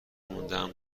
موندم